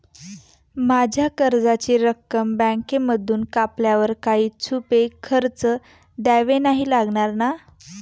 माझ्या कर्जाची रक्कम बँकेमधून कापल्यावर काही छुपे खर्च द्यावे नाही लागणार ना?